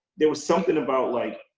there was something about, like,